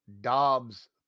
Dobbs